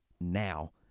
now